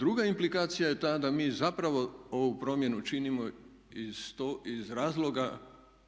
Druga implikacija je ta da mi zapravo ovu promjenu činimo iz razloga